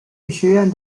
学院